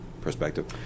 perspective